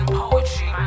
poetry